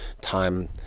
time